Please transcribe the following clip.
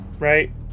Right